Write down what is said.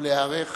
ולהיערך